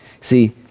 See